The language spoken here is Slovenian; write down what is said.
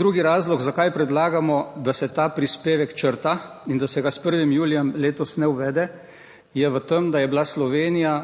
Drugi razlog, zakaj predlagamo, da se ta prispevek črta in da se ga s 1. julijem letos ne uvede, je v tem, da je bila Slovenija